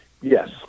Yes